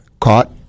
caught